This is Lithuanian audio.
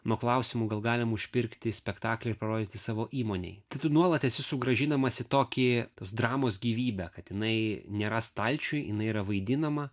nuo klausimų gal galim užpirkti spektaklį parodyti savo įmonei tai tu nuolat esi sugrąžinamas į tokį dramos gyvybę kad jinai nėra stalčiuj jinai yra vaidinama